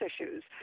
issues